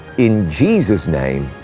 in jesus' name.